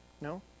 No